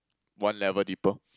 one level deeper